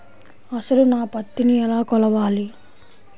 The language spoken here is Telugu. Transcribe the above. అసలు నా పత్తిని ఎలా కొలవాలి?